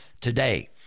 today